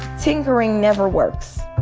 tinkering never works.